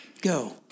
Go